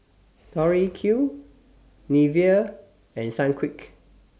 Tori Q Nivea and Sunquick